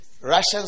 Russians